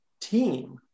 team